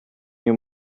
your